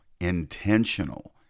intentional